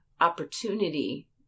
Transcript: opportunity